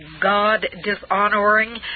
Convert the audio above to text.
God-dishonoring